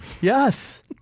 Yes